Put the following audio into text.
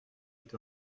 est